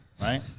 right